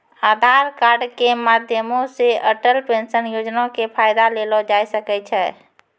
आधार कार्ड के माध्यमो से अटल पेंशन योजना के फायदा लेलो जाय सकै छै